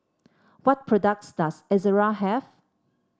what products does Ezerra have